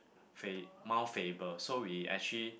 fa~ Mount-Faber so we actually